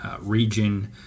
Region